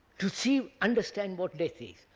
to see, understand what death is.